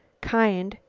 kind,